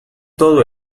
todo